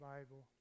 Bible